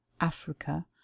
africa